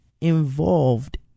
involved